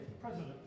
President